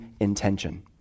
intention